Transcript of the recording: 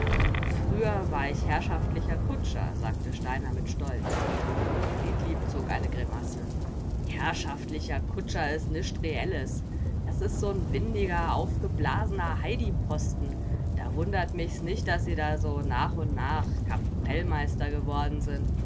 früher war ich herrschaftlicher kutscher sagte steiner mit stolz friedlieb zog eine grimasse herrschaftlicher kutscher is nischt reelles das is so'n windiger aufgeblasener heidiposten da wundert mich's nich daß sie da so nach und nach kapellmeister geworden sind